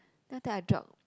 then after that I drop